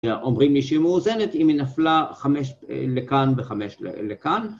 אומרים לי שהיא מאוזנת אם היא נפלה חמש לכאן וחמש לכאן